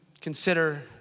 consider